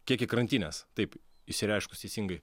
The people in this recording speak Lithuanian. kiekį į krantines taip išsireiškus teisingai